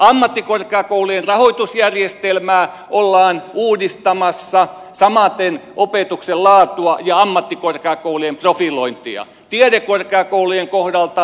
ammattikorkeakoulujen rahoitusjärjestelmää ollaan uudistamassa samaten opetuksen laatua ja ammattikorkeakoulujen profilointia tiedekorkeakoulujen kohdalta sama juttu